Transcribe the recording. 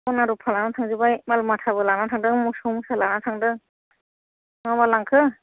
सना रुफा लानानै थांजोबबाय माल माथाबो लानानै थांदों मोसौ मोसा लानानै थांदों मा मा लांखो